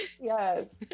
Yes